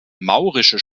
maurische